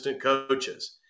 coaches